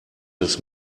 his